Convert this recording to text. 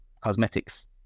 cosmetics